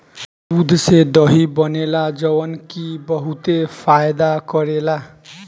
दूध से दही बनेला जवन की बहुते फायदा करेला